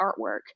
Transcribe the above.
artwork